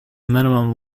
minimum